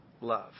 love